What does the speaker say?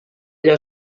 allò